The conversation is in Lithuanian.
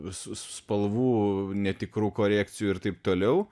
sp spalvų netikrų korekcijų ir taip toliau